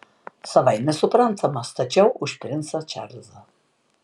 savaime suprantama stačiau už princą čarlzą